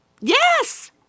Yes